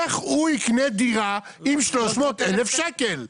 איך הוא יקנה דירה עם 300,000 שקל?